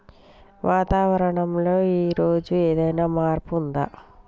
వాతావరణం లో ఈ రోజు ఏదైనా మార్పు ఉందా?